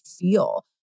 feel